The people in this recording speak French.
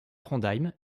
trondheim